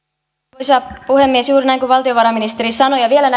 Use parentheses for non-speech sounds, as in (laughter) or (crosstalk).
arvoisa puhemies juuri näin kuin valtiovarainministeri sanoi ja vielä (unintelligible)